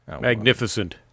Magnificent